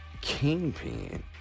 kingpin